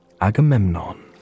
Agamemnon